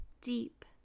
deep